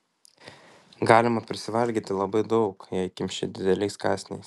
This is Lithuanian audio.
galima prisivalgyti labai daug jei kimši dideliais kąsniais